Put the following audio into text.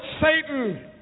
Satan